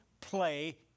Play